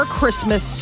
Christmas